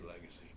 legacy